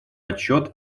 отчет